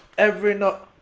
every note.